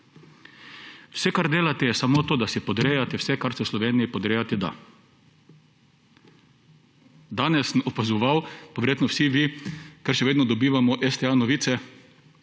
Vse kar delate, je samo to, da si podrejate vse, kar se v Sloveniji podrejati da. Danes sem opazoval, pa verjetno vsi vi, ker še vedno dobivamo novice